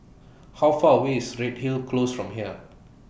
How Far away IS Redhill Close from here